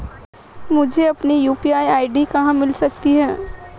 मुझे अपनी UPI ID कहां मिल सकती है?